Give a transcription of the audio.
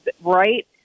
right